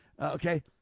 Okay